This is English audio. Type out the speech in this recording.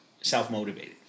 self-motivated